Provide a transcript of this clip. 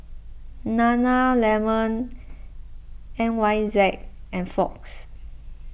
Nana Lemon N Y Z and Fox